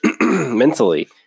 mentally